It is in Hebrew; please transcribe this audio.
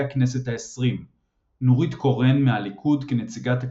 הכנסת העשרים נורית קורן מהליכוד כנציגת הקואליציה,